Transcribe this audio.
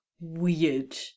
weird